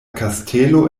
kastelo